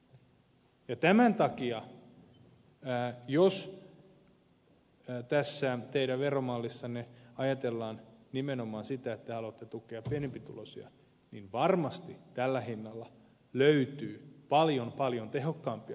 ja tämän takia jos tässä teidän veromallissanne ajatellaan nimenomaan sitä että te haluatte tukea pienempituloisia varmasti tällä hinnalla löytyy paljon paljon tehokkaampia keinoja